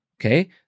okay